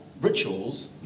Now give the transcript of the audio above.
rituals